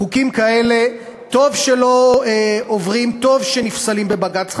חוקים כאלה, טוב שלא עוברים, טוב שנפסלים בבג"ץ.